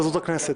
כנסת.